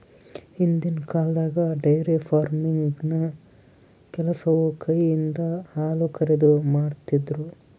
ಹಿಂದಿನ್ ಕಾಲ್ದಾಗ dairy farming ಕೆಲಸವು ಕೈಯಿಂದ ಹಾಲುಕರೆದು, ಮಾಡ್ತಿರು